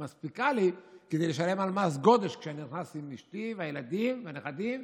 מספיקה לי כדי לשלם מס גודש כשאני נכנס עם אשתי והילדים והנכדים,